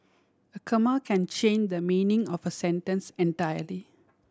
a comma can change the meaning of a sentence entirely